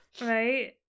Right